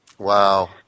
Wow